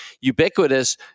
ubiquitous